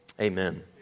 amen